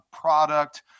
product